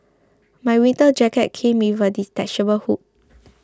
my winter jacket came with a detachable hood